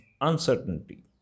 uncertainty